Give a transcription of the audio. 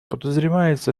подозревается